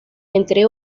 entre